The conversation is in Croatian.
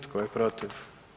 Tko je protiv?